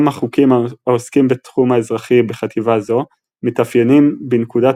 גם החוקים העוסקים בתחום האזרחי בחטיבה זו מתאפיינים בנקודת